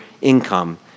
income